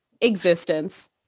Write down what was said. existence